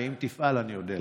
ואם תפעל אני אודה לך.